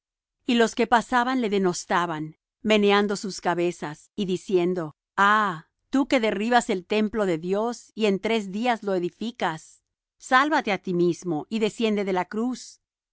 y los que pasaban le denostaban meneando sus cabezas y diciendo ah tú que derribas el templo de dios y en tres días lo edificas sálvate á ti mismo y desciende de la cruz